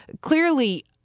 clearly